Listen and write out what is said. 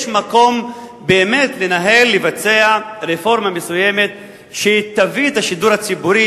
יש מקום באמת לנהל ולבצע רפורמה מסוימת שתביא את השידור הציבורי,